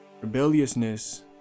Rebelliousness